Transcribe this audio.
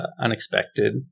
unexpected